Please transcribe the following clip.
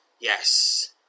Yes